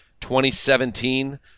2017